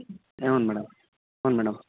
ಹ್ಞೂಂ madam ಹ್ಞೂಂ madam